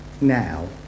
now